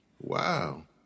Wow